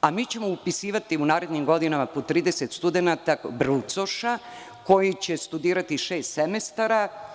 a mi ćemo upisivati u narednim godinama po 30 studenata brucoša koji će studirati šest semestara.